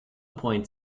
point